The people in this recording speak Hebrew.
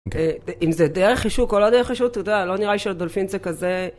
אם זה דרך חישוק או לא דרך חישוק, אתה יודע, לא נראה לי שהדולפין זה כזה.